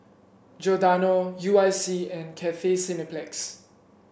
Giordano U I C and Cathay Cineplex